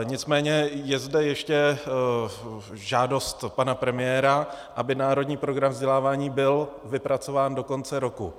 Nicméně je zde ještě žádost pana premiéra, aby Národní program vzdělávání byl vypracován do konce roku.